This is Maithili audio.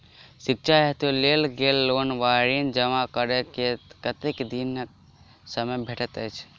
शिक्षा हेतु लेल गेल लोन वा ऋण जमा करै केँ कतेक दिनक समय भेटैत अछि?